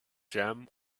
jam